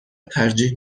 ترجیح